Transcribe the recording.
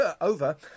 Over